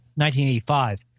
1985